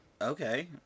Okay